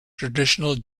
traditional